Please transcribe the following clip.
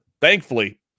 thankfully